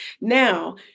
Now